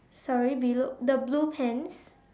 sorry below the blue pants